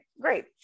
great